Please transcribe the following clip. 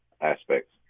aspects